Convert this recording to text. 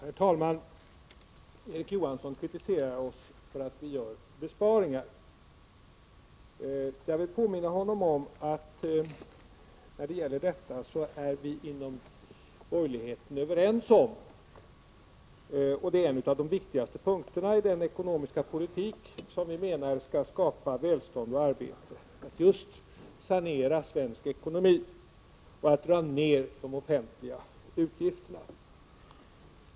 Herr talman! Erik Johansson kritiserar oss för att vi gör besparingar. Jag vill påminna honom om att vi inom borgerligheten beträffande besparingar är överens om — och det är en av de viktigaste punkterna i den ekonomiska politik som vi menar skall skapa välstånd och arbete och just sanera svensk ekonomi — att dra ner de offentliga utgifterna.